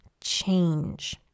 change